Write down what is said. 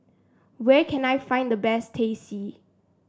where can I find the best Teh C